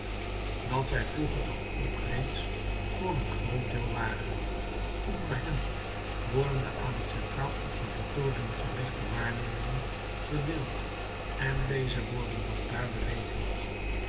dat zij vroeger toch ook reeds voor een groot deel waren onder hen worden de aan het centraal observatorium verrichte waarnemingen verdeeld en deze worden dan daar berekend